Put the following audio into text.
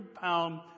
pound